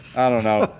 i don't know.